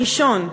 הראשון,